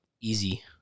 Easy